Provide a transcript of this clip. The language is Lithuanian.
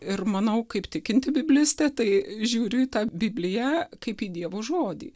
ir manau kaip tikinti biblistė tai žiūriu į tą bibliją kaip į dievo žodį